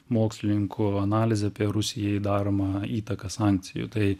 mokslininkų analizė apie rusijai daromą įtaką sankcijų tai